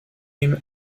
him